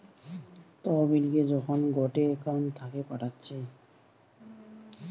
তহবিলকে যখন গটে একউন্ট থাকে পাঠাচ্ছে